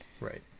right